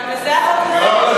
גם לזה החוק דואג?